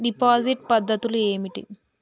Deposit పద్ధతులు ఏమిటి?